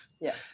yes